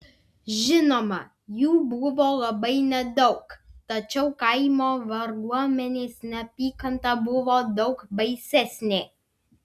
žinoma jų buvo labai nedaug tačiau kaimo varguomenės neapykanta buvo daug baisesnė